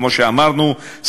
כמו שאמרנו,